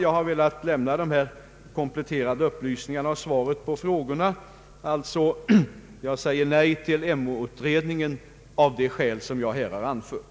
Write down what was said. Jag har velat lämna dessa kompletterande upplysningar till mitt svar. Jag säger alltså nej till en Emåutredning av de skäl som jag här har anfört.